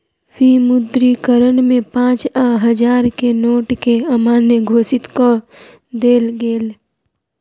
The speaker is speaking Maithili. विमुद्रीकरण में पाँच आ हजार के नोट के अमान्य घोषित कअ देल गेल